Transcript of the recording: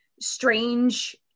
strange